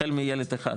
החל מילד ראשון,